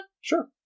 sure